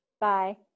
Bye